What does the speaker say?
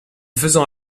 faisant